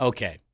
Okay